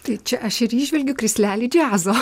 tai čia aš ir įžvelgiu krislelį džiazo